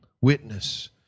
witness